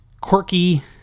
quirky